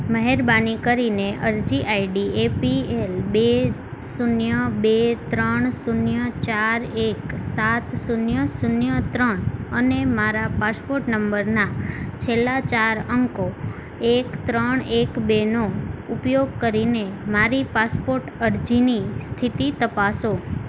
મહેરબાની કરીને અરજી આઈડી એપીએલ બે શૂન્ય બે ત્રણ શૂન્ય ચાર એક સાત શૂન્ય શૂન્ય ત્રણ અને મારા પાસપોર્ટ નંબરના છેલ્લાં ચાર અંકો એક ત્રણ એક બેનો ઉપયોગ કરીને મારી પાસપોર્ટ અરજીની સ્થિતિ તપાસો